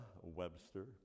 Webster